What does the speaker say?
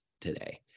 today